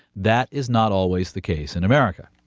that is not always the case in america?